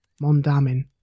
Mondamin